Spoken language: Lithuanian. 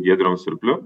giedrium surpliu